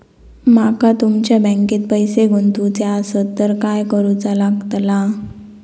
माका तुमच्या बँकेत पैसे गुंतवूचे आसत तर काय कारुचा लगतला?